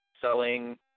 selling